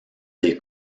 des